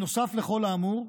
נוסף לכל האמור,